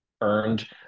earned